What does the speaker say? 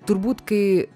turbūt kai